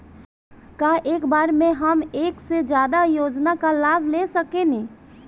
का एक बार में हम एक से ज्यादा योजना का लाभ ले सकेनी?